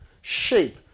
shape